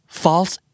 false